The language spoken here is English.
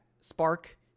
spark